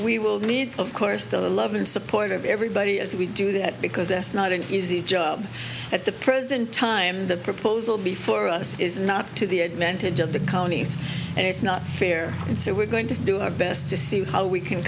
we will need of course the love and support of everybody as we do that because it's not an easy job at the present time the proposal before us is not to the advantage of the counties and it's not fair and so we're going to do our best to see how we can